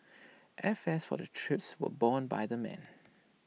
airfares for the trip were borne by the men